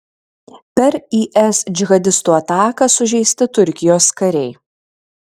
per is džihadistų ataką sužeisti turkijos kariai